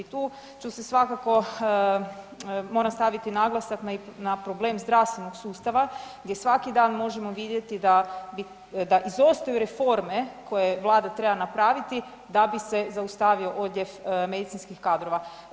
Tu svakako moram staviti naglasak na problem zdravstvenog sustava gdje svaki dan možemo vidjeti da iz izostaju reforme koje Vlada treba napraviti da bi se zaustavio odljev medicinskih kadrova.